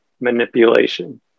Manipulation